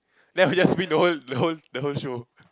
then I will just win the whole the whole the whole show